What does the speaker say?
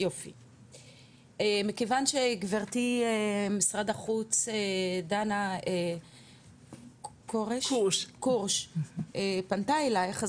מכיוון שגברתי ממשרד החוץ דנה קורש פנתה אלייך,